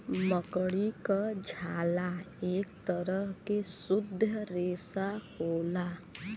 मकड़ी क झाला एक तरह के शुद्ध रेसा होला